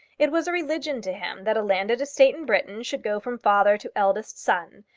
it was a religion to him that a landed estate in britain should go from father to eldest son,